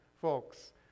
folks